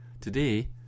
Today